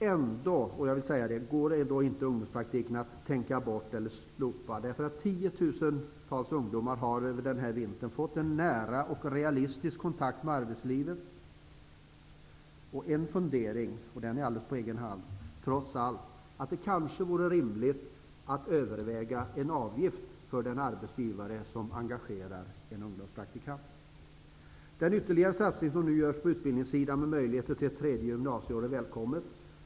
Ändå går det inte att räkna bort eller slopa ungdomspraktiken. Tiotusentals ungdomar har över denna vinter fått en nära och realistisk kontakt med arbetslivet. En fundering trots allt är att det kanske vore rimligt att överväga en avgift för den arbetsgivare som engagerar en ungdomspraktik. Den ytterligare satsning som nu görs på utbildningssidan med möjlighet till ett tredje gymnasieår är välkommen.